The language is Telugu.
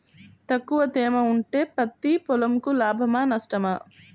తక్కువ తేమ ఉంటే పత్తి పొలంకు లాభమా? నష్టమా?